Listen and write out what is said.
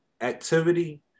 activity